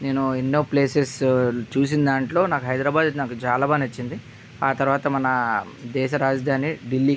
నేను ఎన్నో ప్లేసెస్ చూసిన దాంట్లో నాకు హైదరాబాదు నాకు చాలా బాగా నచ్చింది ఆ తర్వాత మన దేశ రాజధాని ఢిల్లీ